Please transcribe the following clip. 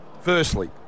Firstly